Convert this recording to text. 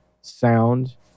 sound